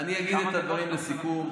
אני אגיד את הדברים לסיכום.